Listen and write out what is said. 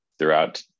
throughout